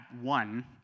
one